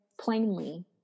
plainly